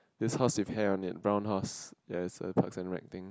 this horse with hair on it brown horse ya it's a thing